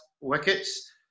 wickets